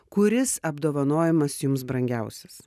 kuris apdovanojimas jums brangiausias